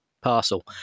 parcel